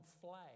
flag